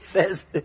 says